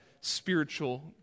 spiritual